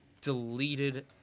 deleted